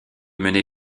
mener